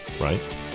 right